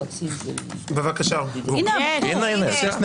בבקשה, עורך דין בליי.